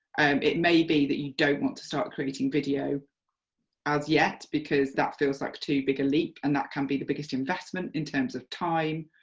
it may be that you don't want to start creating video as yet, because that feels like too big a leap and that can be the biggest investment, in terms of time,